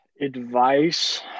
Advice